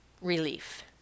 relief